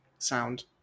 Sound